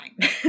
time